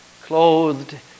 clothed